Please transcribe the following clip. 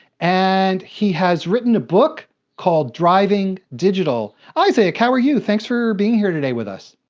and he has written a book called driving digital. isaac, how are you? thanks for being here today with us.